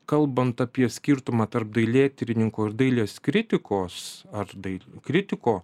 kalbant apie skirtumą tarp dailėtyrininkų ir dailės kritikos ar dailės kritiko